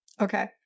Okay